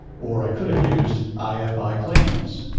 or i could have used ifi claims.